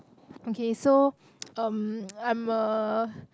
okay so um I'm a